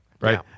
right